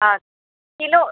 हा किलो